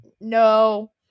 no